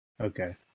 Okay